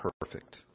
perfect